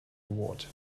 award